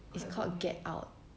it's called get out